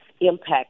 impact